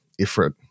Ifrit